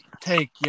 take